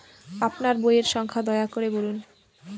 আপনার বইয়ের সংখ্যা দয়া করে বলুন?